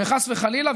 וחס וחלילה,